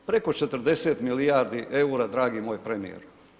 Preko 40 milijardi eura, dragi moj premijeru.